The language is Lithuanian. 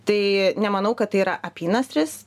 tai nemanau kad tai yra apynasris